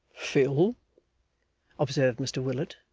phil observed mr willet,